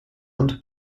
und